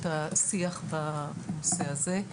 את השיח בנושא הזה.